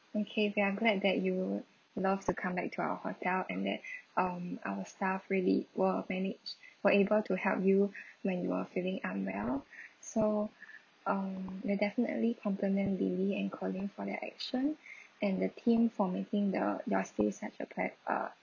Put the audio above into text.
okay we are are glad that you would love to come back to our hotel and that um our staff really were managed were able to help you when you are feeling unwell so um we'll definitely compliment lily and collin for their action and the team for making the your stay such a plea~ uh